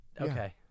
Okay